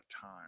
time